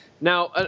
now